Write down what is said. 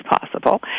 possible